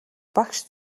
багш